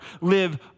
live